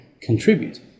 contribute